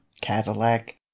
Cadillac